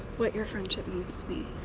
what your friendship needs to be.